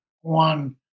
one